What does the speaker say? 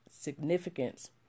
significance